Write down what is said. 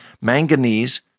manganese